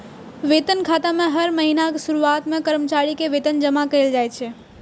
वेतन खाता मे हर महीनाक शुरुआत मे कर्मचारी के वेतन जमा कैल जाइ छै